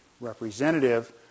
representative